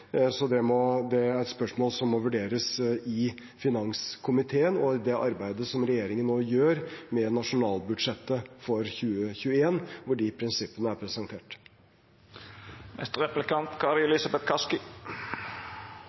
er spørsmål som må vurderes i finanskomiteen og i det arbeidet som regjeringen nå gjør med nasjonalbudsjettet for 2021, hvor de prinsippene er